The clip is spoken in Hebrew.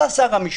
שר המשפטים,